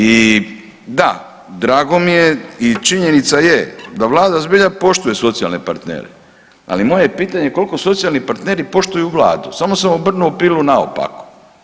I da, drago mi i činjenica je da vlada zbilja poštuje socijalne partnere, ali moje pitanje je koliko socijalni partneri poštuju vladu, samo sam obrnuo pilu naopako.